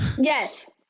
Yes